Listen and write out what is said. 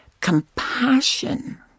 compassion